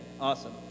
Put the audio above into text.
Awesome